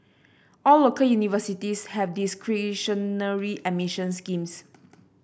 all local universities have discretionary admission schemes